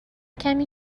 کمی